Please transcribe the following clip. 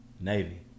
Navy